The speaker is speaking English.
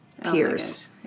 peers